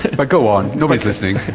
but go on, nobody is listening!